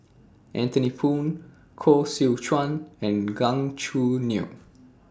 Anthony Poon Koh Seow Chuan and Gan Choo Neo